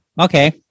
okay